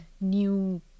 new